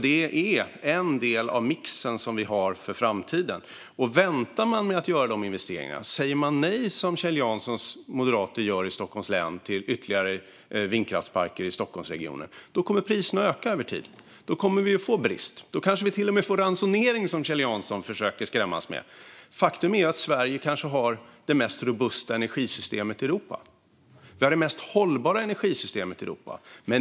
Detta är en del av mixen som vi har för framtiden. Om man väntar med att göra dessa investeringar och, som Kjell Janssons moderater gör i Stockholms län, säger nej till ytterligare vindkraftsparker i Stockholmsregionen kommer priserna att öka över tid. Då kommer vi att få brist. Då kanske vi till och med får ransonering, som Kjell Jansson försöker att skrämmas med. Faktum är att vi i Sverige kanske har det mest robusta energisystemet i Europa. Vi har det mest hållbara energisystemet i Europa.